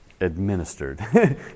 administered